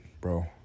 bro